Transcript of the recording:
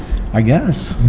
i guess,